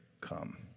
come